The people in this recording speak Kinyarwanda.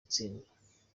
gutsindwa